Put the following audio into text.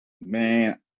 Man